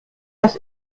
das